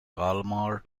kalmar